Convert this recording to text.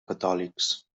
catòlics